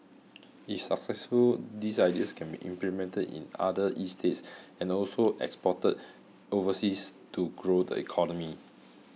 if successful these ideas can be implemented in other estates and also exported overseas to grow the economy